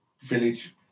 village